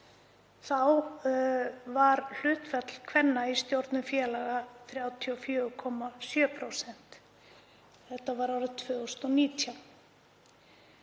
Þá var hlutfall kvenna í stjórnum félaga 34,7%, þetta var árið 2019.